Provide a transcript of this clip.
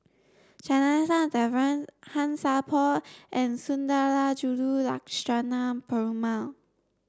Janadas Devan Han Sai Por and Sundarajulu Lakshmana Perumal